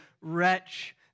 wretch